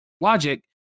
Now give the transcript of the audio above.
logic